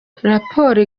raporo